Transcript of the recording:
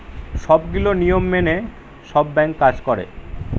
সবগুলো নিয়ম মেনে সব ব্যাঙ্ক কাজ করে